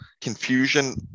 confusion